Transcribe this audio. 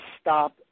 stop